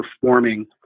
performing